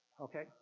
Okay